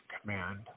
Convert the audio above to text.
command